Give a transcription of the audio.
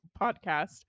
podcast